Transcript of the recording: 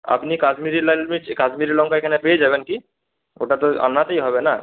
আপনি কাশ্মীরি লাল মির্চ কাশ্মীরি লঙ্কা এখানে পেয়ে যাবেন কি ওটা তো আনাতেই হবে না